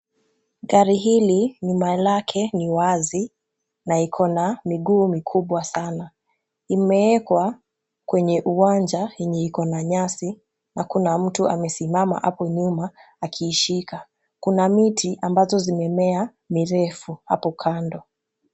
Gari hili nyuma lake ni wazi na ikona miguu mikubwa sana. Imewekwa kwenye uwanja yenye ikona nyasi na kuna mtu amesimama hapo nyuma akiishika. Kuna miti ambazo zimemea mirefu hapo kando.